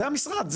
זה המשרד,